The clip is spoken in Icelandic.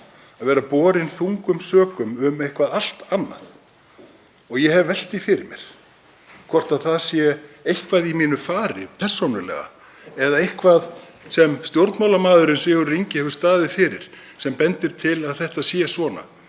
að vera borinn þungum sökum um eitthvað allt annað. Ég hef velt því fyrir mér hvort það sé eitthvað í mínu fari persónulega eða eitthvað sem stjórnmálamaðurinn Sigurður Ingi hefur staðið fyrir sem bendir til að þetta sé svona.